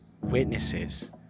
witnesses